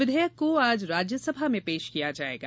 विधेयक को आज राज्यसभा में पेश किया जायेगा